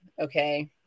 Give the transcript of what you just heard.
okay